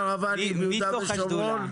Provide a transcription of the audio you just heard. יש לכם תוכנית קרוואנים ביהודה ושומרון,